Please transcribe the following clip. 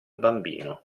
bambino